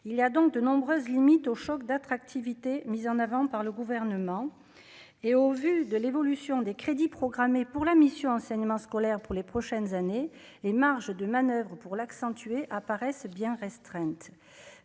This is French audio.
il y a donc de nombreuses limites au choc d'attractivité mise en avant par le gouvernement, et au vu de l'évolution des crédits programmés pour la mission enseignement scolaire pour les prochaines années, les marges de manoeuvre ou pour l'accentuer apparaissent bien restreinte,